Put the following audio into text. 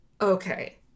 Okay